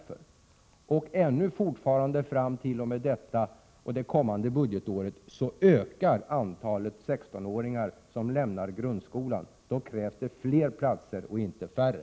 Fram t.o.m. nästa budgetår ökar antalet 16-åringar som lämnar grundskolan. Då krävs fler platser i gymnasieskolan — inte färre!